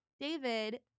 David